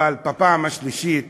אבל בפעם השלישית